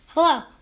Hello